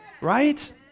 Right